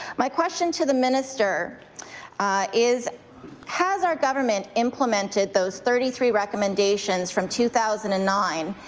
my question to the minister is has our government implemented those thirty three recommendations from two thousand and nine?